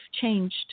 changed